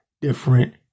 different